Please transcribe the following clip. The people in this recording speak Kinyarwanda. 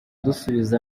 dusubiza